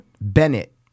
Bennett